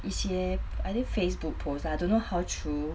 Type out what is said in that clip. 一些 I think facebook post I don't know how true